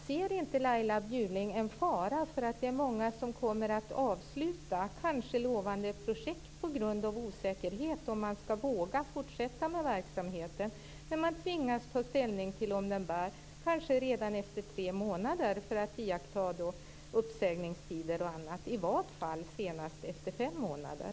Ser inte Laila Bjurling en fara för att många kommer att avsluta kanske lovande projekt, på grund av osäkerhet om man skall våga fortsätta med verksamheten när man tvingas ta ställning till om den bär kanske redan efter tre månader, för att iaktta uppsägningstid och annat, eller i varje fall senast efter fem månader?